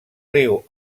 riu